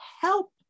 help